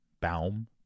Baum